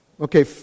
Okay